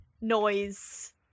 noise